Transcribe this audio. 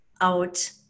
out